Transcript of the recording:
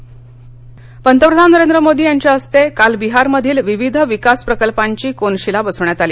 पंतप्रधान पंतप्रधान नरेंद्र मोदी यांच्या हस्ते काल बिहारमधील विविध विकासप्रकल्पांची कोनशीला बसवण्यात आली